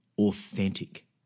authentic